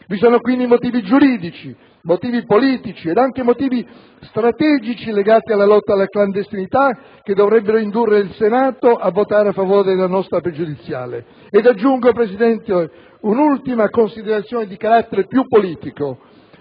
Ci sono quindi motivi giuridici, motivi politici ed anche motivi strategici legati alla lotta alla clandestinità che dovrebbero indurre il Senato a votare a favore della nostra pregiudiziale. Aggiungo, signor Presidente, un'ultima considerazione di carattere più politico.